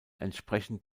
entsprechend